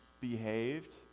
behaved